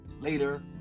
Later